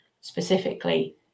specifically